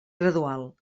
gradual